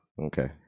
Okay